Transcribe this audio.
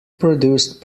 produced